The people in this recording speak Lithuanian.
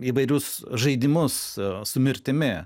įvairius žaidimus su mirtimi